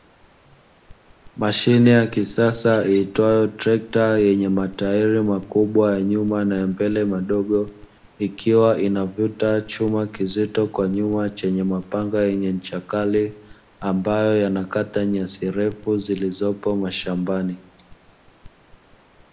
Mashine ya kisasa iitwayo trekta yenye matairi makubwa ya nyuma na ya mbele madogo, ikiwa inavuta chuma kizito kwa nyuma chenye mapanga yenye ncha kali ambayo yanakata nyasi refu zilizopo mashambani.